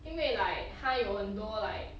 因为 like 他有很多 like